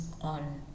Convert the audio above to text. on